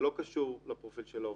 זה לא קשור לפרופיל של העובדים.